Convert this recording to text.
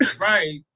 Right